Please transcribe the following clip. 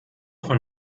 von